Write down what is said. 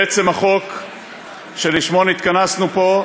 לעצם החוק שלשמו נתכנסנו פה,